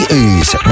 Ooze